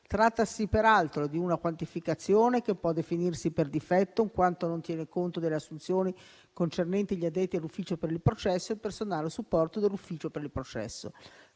Trattasi peraltro di una quantificazione che può definirsi per difetto, in quanto non tiene conto delle assunzioni concernenti gli addetti all'ufficio per il processo e il personale a supporto dell'ufficio per il processo.